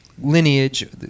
lineage